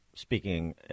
speaking